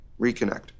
reconnect